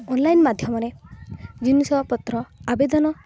online ମାଧ୍ୟମରେ ଜିନିଷ ପତ୍ର ଆବେଦନ